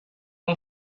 اون